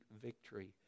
victory